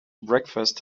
breakfast